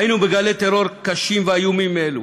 היינו בגלי טרור קשים ואיומים מאלו,